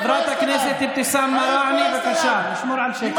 חברת הכנסת אבתיסאם מראענה, בבקשה לשמור על שקט.